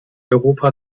europa